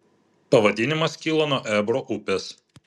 pavadinimas kilo nuo ebro upės